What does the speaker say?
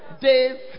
days